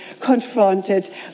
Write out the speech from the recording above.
confronted